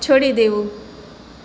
છોડી દેવું